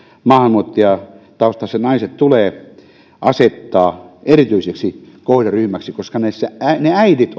maahanmuuttajataustaiset naiset tulee asettaa erityiseksi kohderyhmäksi koska äidit